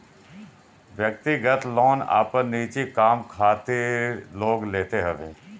व्यक्तिगत लोन आपन निजी काम खातिर लोग लेत हवे